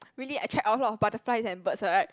really attract a lot of butterflies and birds [what] right